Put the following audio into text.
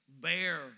Bear